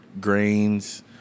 grains